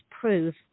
proof